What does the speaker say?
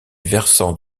versant